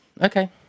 okay